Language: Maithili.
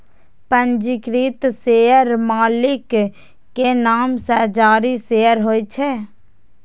पंजीकृत शेयर मालिक के नाम सं जारी शेयर होइ छै